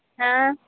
ହାଁ